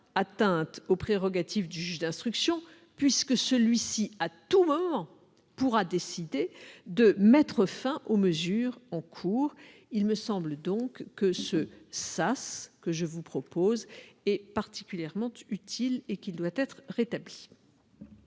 atteinte aux prérogatives du juge d'instruction, puisque celui-ci pourra à tout moment décider de mettre fin aux mesures en cours. Il me semble donc que le sas est particulièrement utile et doit être rétabli.